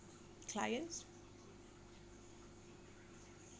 clients